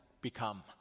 become